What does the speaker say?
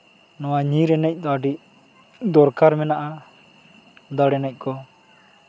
ᱱᱚᱣᱟ ᱧᱤᱨ ᱮᱱᱮᱡ ᱫᱚ ᱟᱹᱰᱤ ᱫᱚᱨᱠᱟᱨ ᱢᱮᱱᱟᱜᱼᱟ ᱫᱟᱹᱲ ᱮᱱᱮᱡ ᱠᱚ